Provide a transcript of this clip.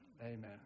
Amen